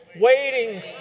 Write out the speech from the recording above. waiting